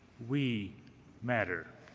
we matter.